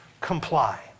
comply